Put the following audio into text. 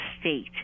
state